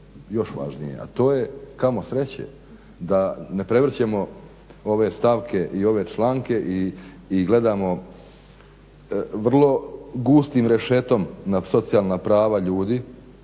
još važnije, a to je kamo sreće da ne prevrćemo ove stavke i ove članke i gledamo vrlo gustim rešetom na socijalna prava ljudi,